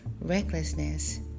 recklessness